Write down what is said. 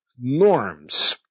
norms